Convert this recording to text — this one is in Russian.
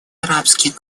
арабских